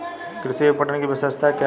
कृषि विपणन की विशेषताएं क्या हैं?